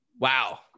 Wow